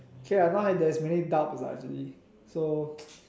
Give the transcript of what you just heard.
k I know like there's many doubts lah actually so